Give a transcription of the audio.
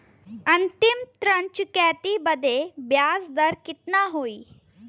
अंतिम ऋण चुकौती बदे ब्याज दर कितना होई?